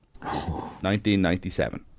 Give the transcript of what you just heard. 1997